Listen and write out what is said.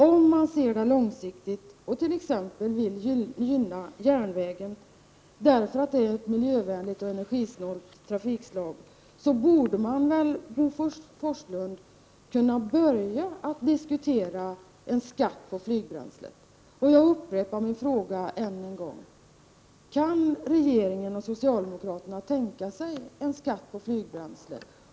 Om man ser det långsiktigt och t.ex. vill gynna järnvägen, därför att den är ett miljövänligt och energisnålt trafikslag, borde man väl, Bo Forslund, kunna börja att diskutera en skatt på flygbränsle. Jag upprepar min fråga än en gång: Kan regeringen och socialdemokraterna tänka sig en skatt på flygbränsle?